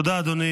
תודה, אדוני.